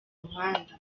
muhanda